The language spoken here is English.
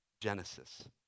Genesis